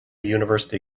university